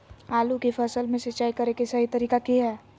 आलू की फसल में सिंचाई करें कि सही तरीका की हय?